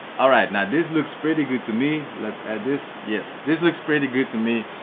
all right now this looks pretty good to me, let's add this. yes, this looks pretty good to me,